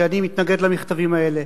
ואני מתנגד למכתבים האלה.